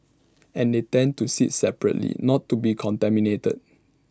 and they tend to sit separately not to be contaminated